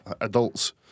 adults